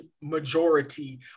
majority